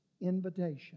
invitation